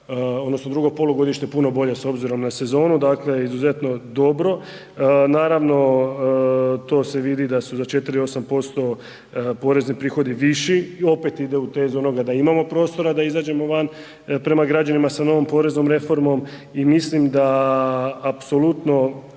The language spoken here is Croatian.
odnosno drugo polugodište puno bolje s obzirom na sezonu izuzetno dobro. Naravno, to se vidi da su … porezni prihodi viši i opet ide u tezu onoga da imamo prostora da izađemo van prema građanima sa novom poreznom reformom i mislim da apsolutno